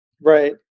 right